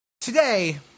Today